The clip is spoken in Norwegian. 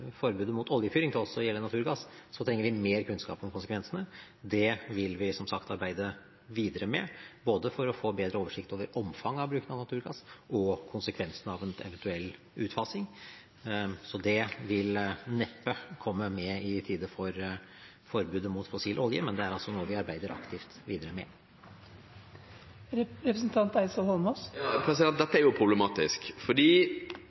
forbudet mot oljefyring til også å gjelde naturgass, trenger vi mer kunnskap om konsekvensene. Det vil vi som sagt arbeide videre med for å få bedre oversikt både over omfanget av bruken av naturgass og konsekvensene av en eventuell utfasing. Det vil neppe komme i tide for forbudet mot fossil olje, men det er altså noe vi arbeider aktivt videre